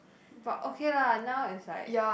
but okay lah now it's like